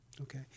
Okay